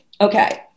Okay